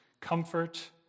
comfort